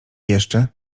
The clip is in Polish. jeszcze